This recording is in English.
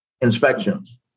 inspections